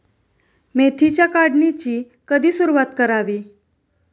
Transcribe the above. मेथीच्या काढणीची कधी सुरूवात करावी?